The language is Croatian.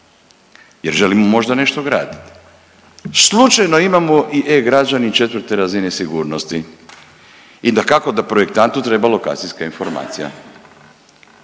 jer želimo možda nešto nagraditi, slučajno imamo e-građani četvrte razine sigurnosti i dakako da projektantu treba lokacijska informacija.